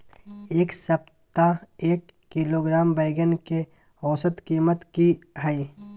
ऐ सप्ताह एक किलोग्राम बैंगन के औसत कीमत कि हय?